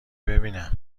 ببینم